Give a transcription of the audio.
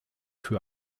für